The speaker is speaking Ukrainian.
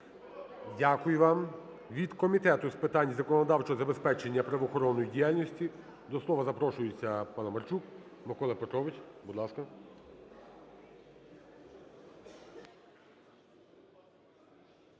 Дякую вам. Від Комітету з питань законодавчого забезпечення правоохоронної діяльності до слова запрошується Паламарчук Микола Петрович. Будь ласка.